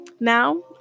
Now